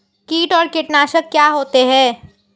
कीट और कीटनाशक क्या होते हैं?